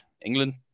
England